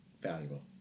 valuable